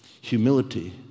humility